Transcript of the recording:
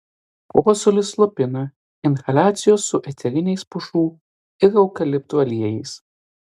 kosulį slopina inhaliacijos su eteriniais pušų ir eukaliptų aliejais